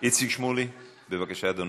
איציק שמולי, בבקשה, אדוני.